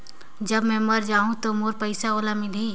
जब मै मर जाहूं तो मोर पइसा ओला मिली?